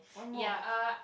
ya uh